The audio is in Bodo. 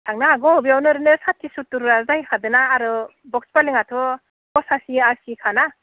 थांनो हागौ बेयावनो ओरैनो साथि सत्तुरा जाहैखादोना आरो बक्स फालेङाथ' पसासि आसिखाना